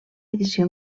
edició